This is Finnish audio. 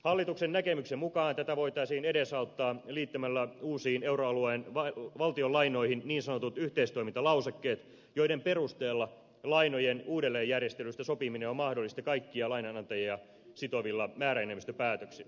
hallituksen näkemyksen mukaan tätä voitaisiin edesauttaa liittämällä uusiin euroalueen valtionlainoihin niin sanotut yhteistoimintalausekkeet joiden perusteella lainojen uudelleenjärjestelystä sopiminen on mahdollista kaikkia lainanantajia sitovilla määräenemmistöpäätöksillä